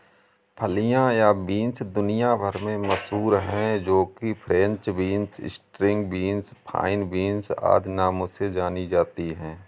फलियां या बींस दुनिया भर में मशहूर है जो कि French beans, string beans, fine beans आदि नामों से जानी जाती है